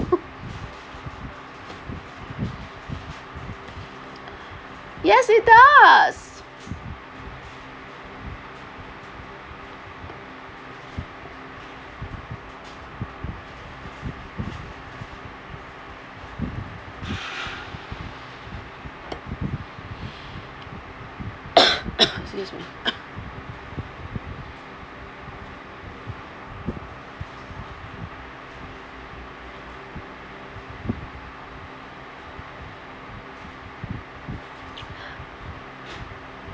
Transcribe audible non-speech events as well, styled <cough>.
yes it does <coughs> excuse me